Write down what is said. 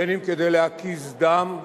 בין שזה כדי להקיז דם,